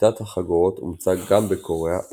שיטת החגורות אומצה גם בקוריאה ובסין,